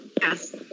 Yes